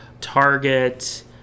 Target